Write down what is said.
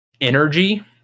energy